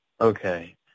Okay